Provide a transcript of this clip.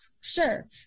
sure